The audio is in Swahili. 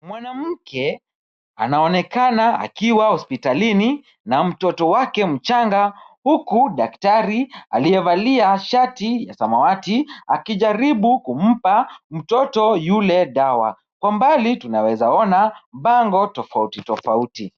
Mwanamke anaonekana akiwa hospitalini na mtoto wake mchanga, huku daktari aliyevalia shati ya samawati akijaribu kumpa mtoto yule dawa. Kwa mbali tunaweza ona bango tofauti tofauti.